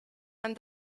and